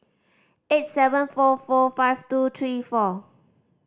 eight seven four four five two three four